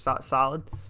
Solid